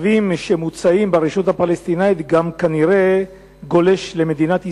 שהצווים שמוצאים ברשות הפלסטינית גם גולשים כנראה למדינת ישראל,